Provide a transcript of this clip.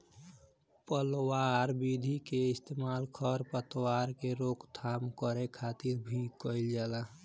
पलवार विधि के इस्तेमाल खर पतवार के रोकथाम करे खातिर भी कइल जाला